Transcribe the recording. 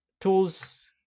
tools